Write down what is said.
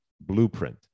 blueprint